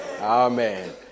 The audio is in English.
Amen